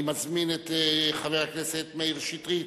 אני מזמין את חבר הכנסת מאיר שטרית,